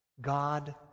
God